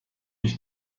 ich